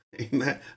Amen